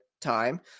time